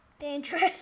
dangerous